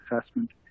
assessment